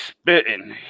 spitting